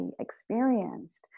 experienced